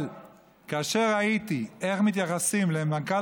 אבל כאשר ראיתי איך מתייחסים למנכ"ל